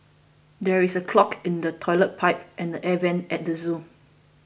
there is a clog in the Toilet Pipe and the Air Vents at the zoo